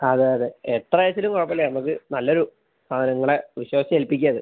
അതെ അതെ എത്ര ആയാച്ചാലും കുഴപ്പം ഇല്ല നമ്മുക്ക് നല്ലൊരു ആ നിങ്ങടെ വിശ്വസിച്ച് ഏൽപ്പിക്കയാണ് ഇത്